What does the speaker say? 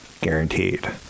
guaranteed